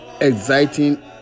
exciting